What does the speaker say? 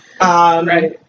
Right